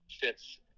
fits